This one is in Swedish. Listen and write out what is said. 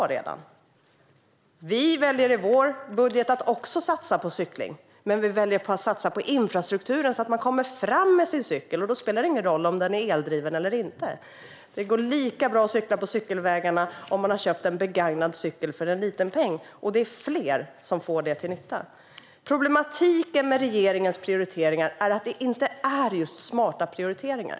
Vi väljer också att satsa på cykling i vår budget, men vi väljer att satsa på infrastrukturen - så att man kommer fram med sin cykel. Då spelar det ingen roll om den är eldriven eller inte; det går lika bra att cykla på cykelvägarna om man har köpt en begagnad cykel för en liten peng. Det är fler som får nytta av det. Problematiken med regeringens prioriteringar är just att det inte är smarta prioriteringar.